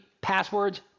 passwords